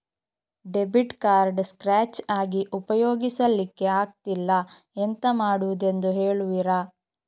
Debit card scratch ಆಗಿ ಉಪಯೋಗಿಸಲ್ಲಿಕ್ಕೆ ಆಗ್ತಿಲ್ಲ, ಎಂತ ಮಾಡುದೆಂದು ಹೇಳುವಿರಾ?